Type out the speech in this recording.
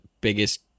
biggest